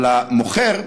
אבל המוכר,